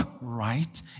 right